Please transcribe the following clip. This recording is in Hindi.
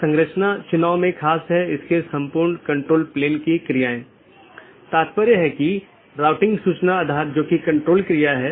यह फीचर BGP साथियों को एक ही विज्ञापन में कई सन्निहित रूटिंग प्रविष्टियों को समेकित करने की अनुमति देता है और यह BGP की स्केलेबिलिटी को बड़े नेटवर्क तक बढ़ाता है